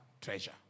treasure